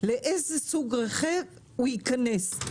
לאיזה סוג רכב הוא ייכנס.